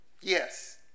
Yes